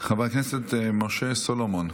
חבר הכנסת משה סולומון.